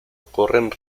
corren